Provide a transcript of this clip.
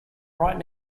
right